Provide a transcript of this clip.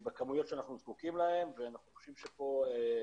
שאמורה מחר לאשר את המשל"ט ואת תרחיש הייחוס